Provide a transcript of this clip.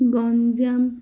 Ganjam